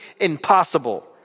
impossible